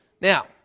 Now